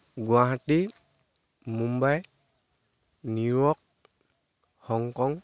Guwahati Mumbai New York Hong Kong